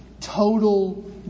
total